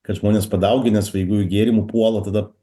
kad žmonės padauginę svaigiųjų gėrimų puola tada